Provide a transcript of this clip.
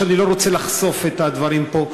מפני שאני לא רוצה לחשוף את הדברים פה,